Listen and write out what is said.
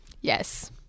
Yes